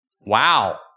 Wow